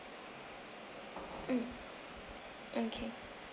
mm okay